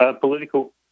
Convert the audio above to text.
political